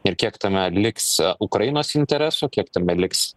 ir kiek tame liks ukrainos interesų kiek tame liks